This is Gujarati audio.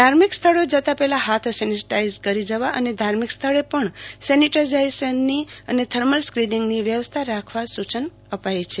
ધાર્મિક સ્થળોએ જતાં પહેલા હાથ સેનેટઈઝ કરીને જવા અને ધાર્મિક સ્થળે પણ સેનેટઇઝરની તથા થર્મલ સ્કીનીંગની વ્યવસ્થા રાખવા સૂચના અપાઈ છે